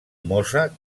mosa